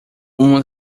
uma